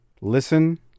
Listen